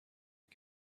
you